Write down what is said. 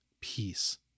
Peace